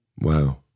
Wow